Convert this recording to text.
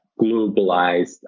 globalized